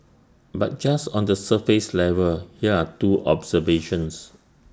but just on the surface level here are two observations